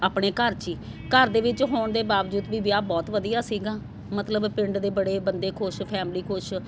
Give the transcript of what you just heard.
ਆਪਣੇ ਘਰ ਚ ਹੀ ਘਰ ਦੇ ਵਿੱਚ ਹੋਣ ਦੇ ਬਾਵਜੂਦ ਵੀ ਵਿਆਹ ਬਹੁਤ ਵਧੀਆ ਸੀਗਾ ਮਤਲਬ ਪਿੰਡ ਦੇ ਬੜੇ ਬੰਦੇ ਖੁਸ਼ ਫੈਮਿਲੀ ਖੁਸ਼